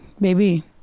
baby